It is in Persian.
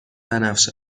بنفش